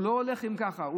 הוא לא הולך ככה,